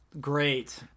Great